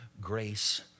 grace